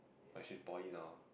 but she is in poly now